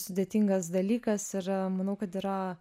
sudėtingas dalykas ir manau kad yra